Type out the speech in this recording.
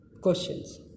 questions